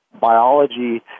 biology